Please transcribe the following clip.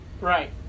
right